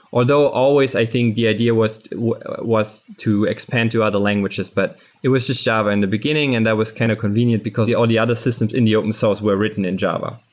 although always i think the idea was was to expand to other languages, but it was just java in the beginning and that was kind of convenient because all the other systems in the open source were written in java.